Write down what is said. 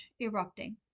erupting